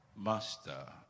Master